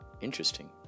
Interesting